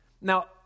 Now